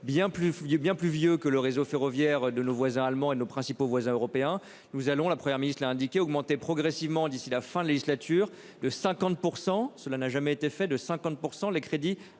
bien plus vieux que le réseau ferroviaire de nos voisins allemands et nos principaux voisins européens, nous allons la Première ministre a indiqué augmenter progressivement d'ici la fin de législature de 50 pour %, cela n'a jamais été fait de 50% les crédits